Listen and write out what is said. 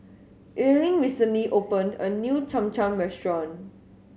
Erling recently open a new Cham Cham restaurant